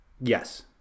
Yes